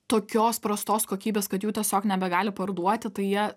tokios prastos kokybės kad jų tiesiog nebegali parduoti tai jie